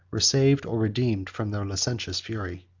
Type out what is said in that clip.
were saved or redeemed from their licentious fury.